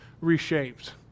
reshaped